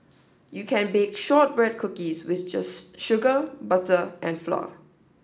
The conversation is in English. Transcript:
you can bake shortbread cookies with just sugar butter and flour